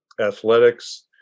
athletics